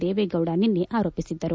ದೇವೇಗೌಡ ನಿನ್ನೆ ಆರೋಪಿಸಿದ್ದರು